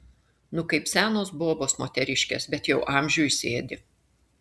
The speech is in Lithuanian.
nu kaip senos bobos moteriškės bet jau amžiui sėdi